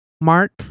mark